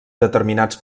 determinats